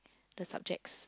the subjects